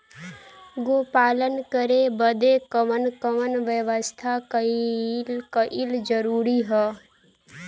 गोपालन करे बदे कवन कवन व्यवस्था कइल जरूरी ह?